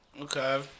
Okay